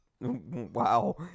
Wow